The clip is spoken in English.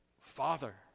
Father